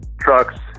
trucks